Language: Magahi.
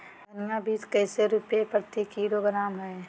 धनिया बीज कैसे रुपए प्रति किलोग्राम है?